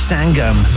Sangam